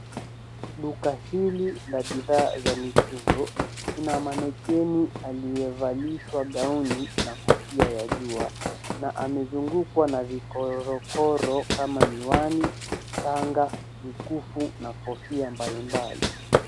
Duka hili la bidhaa za mitindo kuna manekeni aliyevalishwa gauni na kofia ya jua na amezingukwa na vikorokoro kama miwani, shanga mkufu na kofia mbalimbali.